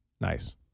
Nice